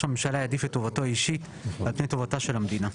הממשלה יעדיף את טובתו האישית על פני טובתה של המדינה'.